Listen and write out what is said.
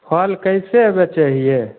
फल कैसे बेचै हिऐ